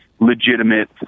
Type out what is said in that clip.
legitimate